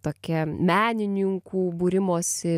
tokia menininkų būrimosi